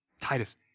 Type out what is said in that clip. Titus